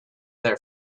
their